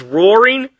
roaring